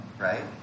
Right